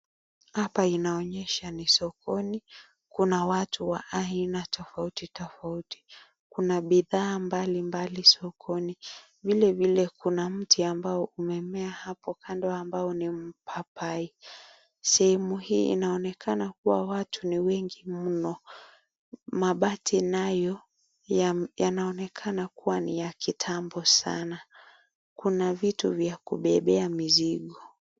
Hapa inaonyesha ni sokoni. Kuna watu wa aina tofauti tofauti. Kuna bidhaa mbali mbali sokoni. Vile vile, kuna mti umemea hapo kando ambao ni mpapai. Sehemu hii inaonekana kua watu ni wengi mno. Mabati nayo, yanaonekana kua ni ya kitambo sanaa. Kuna vitu vya kubebea mizigo.